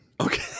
Okay